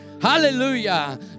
Hallelujah